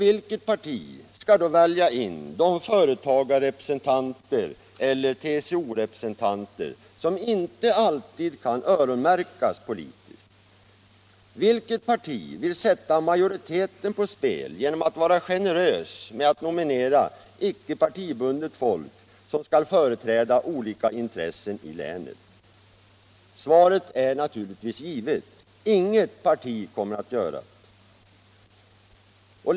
Vilket parti skall då välja in de företagareller TCO-representanter som inte alltid kan öronmärkas politiskt? Vilket parti vill sätta majoriteten på spel genom att vara generöst och nominera icke partibundet folk, som skall företräda olika intressen i länet? Svaret är naturligtvis givet. Inget parti kommer att göra så.